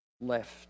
left